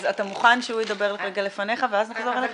אז אתה מוכן שהוא ידבר רגע לפניך ואז נחזור אליך?